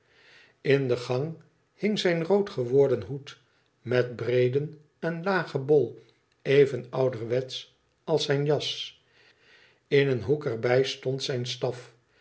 in de gang hing zijn rood geworden hoed met breeden en lagen bol even ouderwetsch als zijne jas in een hoek er bij stond zijn staf